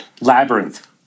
Labyrinth